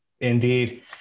Indeed